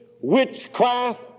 witchcraft